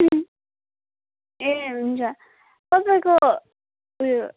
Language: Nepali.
ए हुन्छ तपाईँको उयो